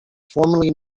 formerly